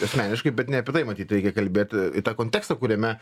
asmeniškai bet ne apie tai matyt reikia kalbėt į tą kontekstą kuriame